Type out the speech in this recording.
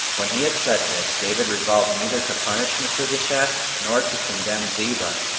when he had said this, david resolved neither to punish mephibosheth nor to condemn ziba,